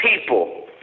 people